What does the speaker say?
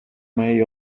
may